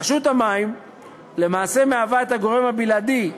רשות המים היא למעשה הגורם הבלעדי,